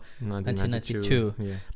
1992